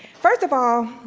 first of all,